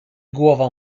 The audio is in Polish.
głowa